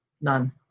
None